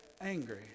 angry